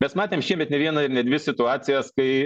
mes matėme šiemet ne vieną ir ne dvi situacijas kai